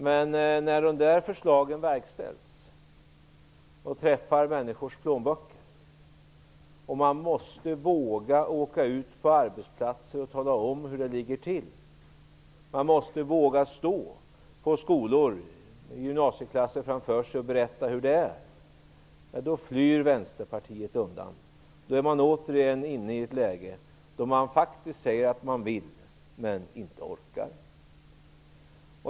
Men när förslagen verkställs och träffar människors plånböcker, när man måste våga åka ut på arbetsplatser och tala om hur det ligger till, och när man måste våga stå i skolor med gymnasieklasser framför sig och berätta hur det är - då flyr Vänsterpartiet undan. Då är partiet återigen inne i ett läge där man faktiskt säger att man vill, men inte orkar.